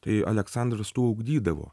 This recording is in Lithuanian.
tai aleksandras tuo ugdydavo